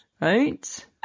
Right